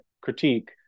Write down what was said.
critique